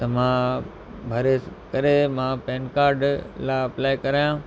त मां भरे करे मां पैन कार्ड लाइ अप्लाए करायां